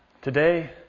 Today